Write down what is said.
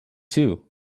too